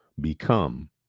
become